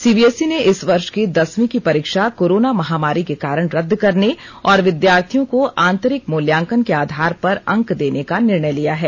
CBSE ने इस वर्ष की दसवीं की परीक्षा कोरोना महामारी को कारण रद्द करने और विद्यार्थियों को आंतरिक मूल्यांकन के आधार पर अंक देने का निर्णय लिया है